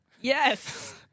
Yes